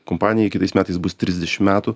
kompanijai kitais metais bus trisdešim metų